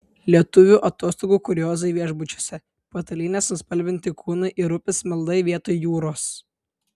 lietuvių atostogų kuriozai viešbučiuose patalynės nuspalvinti kūnai ir upės meldai vietoj jūros